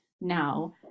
now